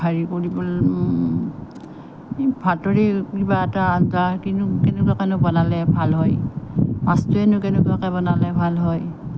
হেৰি কৰিবলৈ এই ভাতৰে কিবা এটা আটা কিনো কেনেকুৱাকে বনালে ভাল হয় মাছটোৱেনো কেনেকুৱাকৈ বনালে ভাল হয়